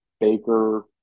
Baker